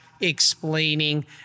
Explaining